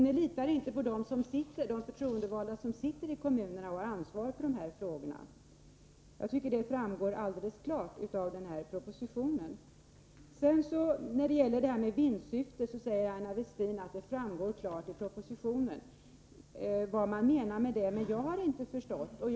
Ni litar inte på de förtroendevalda som i kommunerna har ansvar för dessa frågor. Det visar denna proposition alldeles klart. Aina Westin säger att det av propositionen klart framgår vad man menar med begreppet vinstsyfte, men jag har inte förstått det.